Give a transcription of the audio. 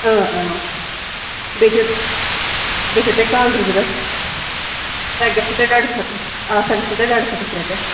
اۭں اۭں بیٚیہِ چھُ بیٚیہِ چھُو تۄہہِ کانٛگٕر ضوٚرَتھ تۄہہِ گژھِو تۄہہِ ڈۄڈَس ہَتَس آ سۄ گژھِوٕ تۄہہِ ڈۄڈَس ہَتَس رۄپیَس